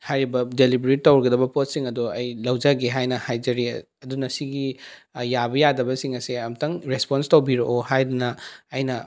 ꯍꯥꯏꯔꯤꯕ ꯗꯦꯂꯤꯕꯔꯤ ꯇꯧꯔꯒꯗꯕ ꯄꯣꯠꯁꯤꯡ ꯑꯗꯨ ꯑꯩ ꯂꯧꯖꯒꯦ ꯍꯥꯏꯅ ꯍꯥꯏꯖꯔꯤ ꯑꯗꯨꯅ ꯁꯤꯒꯤ ꯌꯥꯕ ꯌꯥꯗꯕꯁꯤꯡ ꯑꯁꯦ ꯑꯃꯨꯛꯇꯪ ꯔꯦꯁꯄꯣꯟ ꯇꯧꯕꯤꯔꯛꯑꯣ ꯍꯥꯏꯗꯨꯅ ꯑꯩꯅ